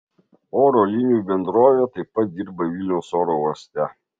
oro linijų bendrovė taip pat dirba vilniaus oro uoste